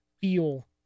feel